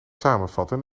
samenvatten